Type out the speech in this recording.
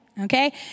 okay